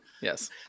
Yes